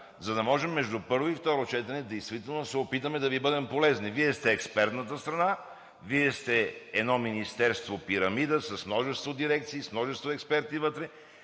за да можем между първо и второ четене действително да се опитаме да Ви бъдем полезни. Вие сте експертната страна, Вие сте едно Министерство – пирамида, с множество дирекции, с множество експерти вътре,